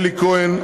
אלי כהן,